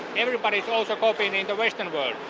everybody's also copying in the western world.